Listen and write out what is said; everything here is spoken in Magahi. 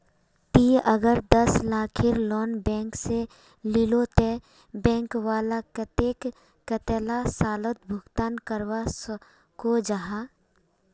ती अगर दस लाखेर लोन बैंक से लिलो ते बैंक वाला कतेक कतेला सालोत भुगतान करवा को जाहा?